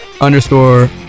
underscore